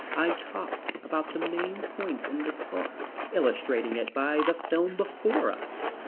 i talked about the main points in this book, illustrating it by the film before us.